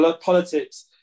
politics